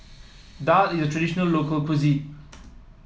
Daal is a traditional local cuisine